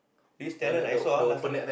this tenant I saw ah last time